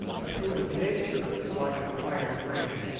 but human nature is like an iron ring.